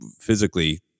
physically